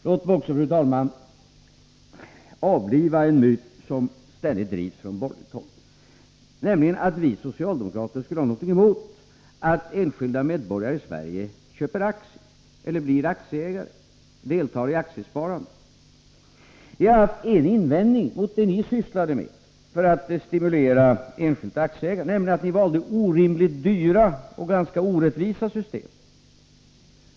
Låt mig också, fru talman, avliva en myt som ständigt drivs från borgerligt håll, nämligen att vi socialdemokrater skulle ha någonting emot att enskilda medborgare i Sverige blir aktieägare, deltar i aktiesparande. Vi har haft en invändning mot det ni sysslade med för att stimulera enskilt aktieägande, nämligen att ni valde orimligt dyra och ganska orättvisa system.